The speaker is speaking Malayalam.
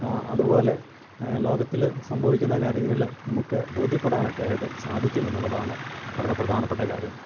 അതുപോലെ ലോകത്തില് സംഭവിക്കുന്ന കാര്യങ്ങള് നമുക്ക് ബോധ്യപ്പെടാനൊക്കെയായിട്ട് സാധിക്കും എന്നുള്ളതാണ് വളരെ പ്രധാനപ്പെട്ട കാര്യം